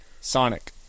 Sonic